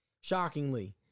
shockingly